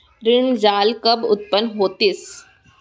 ऋण जाल कब उत्पन्न होतिस?